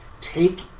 take